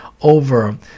over